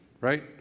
right